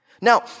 Now